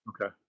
Okay